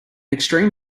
extreme